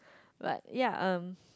but ya um